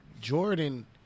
Jordan